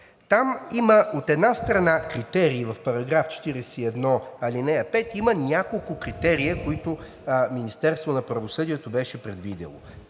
там има, от една страна, критерий в § 41, ал. 5, има няколко критерия, които Министерството на правосъдието беше предвидило